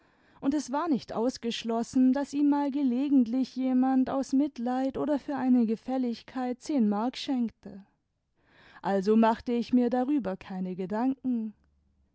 und es war nicht ausgeschlossen daß ihm mal gelegentlich jemand aus mitleid oder für eine gefälligkeit zehn mark schenkte also machte ich mir darüber keine gedanken